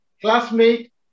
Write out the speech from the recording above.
classmate